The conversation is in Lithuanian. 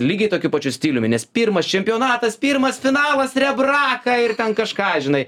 lygiai tokiu pačiu stiliumi nes pirmas čempionatas pirmas finalas rebraka ir ten kažką žinai